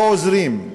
לא עוזרים.